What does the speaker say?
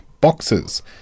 boxes